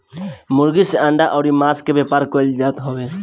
मुर्गी से अंडा अउरी मांस के व्यापार कईल जात हवे